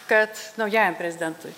kad naujajam prezidentui